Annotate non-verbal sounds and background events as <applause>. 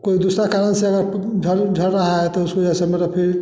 कोई दूसरा कारण से अगर <unintelligible> झड़ रहा है तो उसको ऐसे में रखें